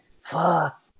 Fuck